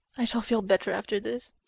i shall feel better after this.